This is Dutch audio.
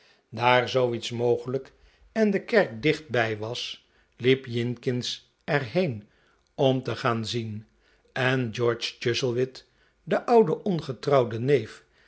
daar zooiets mogelijk en de kerk dichtbij was liep jinkins er heen om te gaan zien en george chuzzlewit de oude ongetrouwde neef